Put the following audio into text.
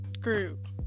group